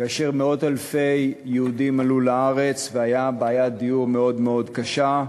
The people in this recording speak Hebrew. כאשר מאות אלפי יהודים עלו לארץ והייתה בעיית דיור מאוד מאוד קשה,